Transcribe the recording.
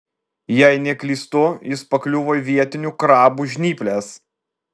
jei neklystu jis pakliuvo į vietinių krabų žnyples